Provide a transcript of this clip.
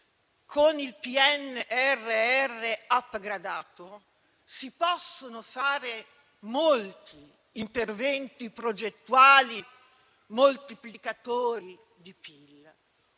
con il PNRR upgradato si possono fare molti interventi progettuali moltiplicatori di PIL,